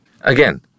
Again